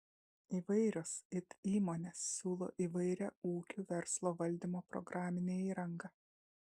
įvairios it įmonės siūlo įvairią ūkių verslo valdymo programinę įrangą